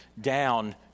down